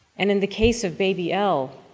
and in the case of baby elle,